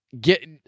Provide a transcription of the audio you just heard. get